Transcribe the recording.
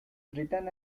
written